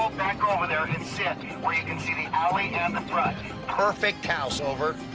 um back over there and sit where you can see the alley and the perfect house, over.